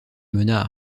mena